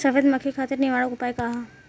सफेद मक्खी खातिर निवारक उपाय का ह?